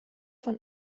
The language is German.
von